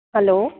hello